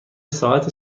ساعت